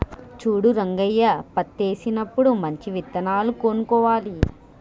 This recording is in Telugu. చూడు రంగయ్య పత్తేసినప్పుడు మంచి విత్తనాలు కొనుక్కోవాలి